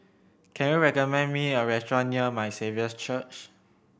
can you recommend me a restaurant near My Saviour's Church